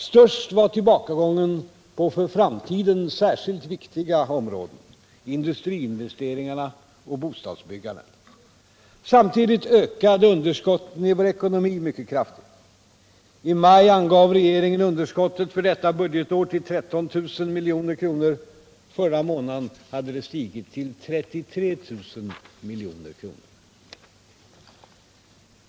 Störst var tillbakagången på för framtiden särskilt viktiga områden, industriinvesteringarna och bostadsbyggandet. Samtidigt ökade underskotten i vår ekonomi mycket kraftigt. I maj angav regeringen underskottet för detta budgetår till 13 000 milj.kr. Förra månaden hade det stigit till 33 000 milj.kr.